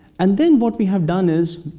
and then what we have done is,